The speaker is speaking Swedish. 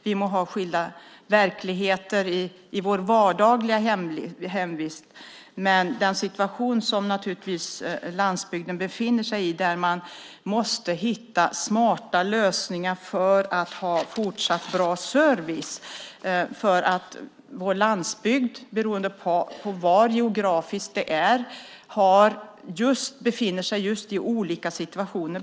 Vi må ha skilda verkligheter i vårt vardagliga liv. Landsbygden befinner sig i en situation där man måste hitta smarta lösningar för att få fortsatt bra service. Olika delar av landsbygden befinner sig i olika situationer.